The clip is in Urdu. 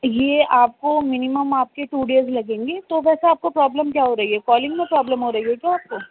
یہ آپ کو منیمم آپ کے ٹو دیز لگیں گے تو ویسے آپ کو پرابلم کیا ہو رہی ہے کالنگ میں پرابلم ہو رہی ہے کیا آپ کو